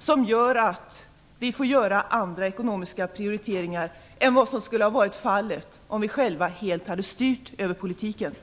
som gör att vi får göra andra ekonomiska prioriteringar än vad som skulle ha varit fallet om vi själva helt hade styrt över politiken.